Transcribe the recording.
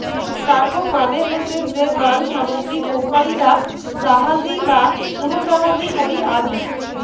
cargo মানে হসে যে মাল সামগ্রী কোম্পানিরা জাহাজী বা উড়োজাহাজী করি আনি